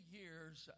years